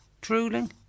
Drooling